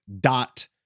dot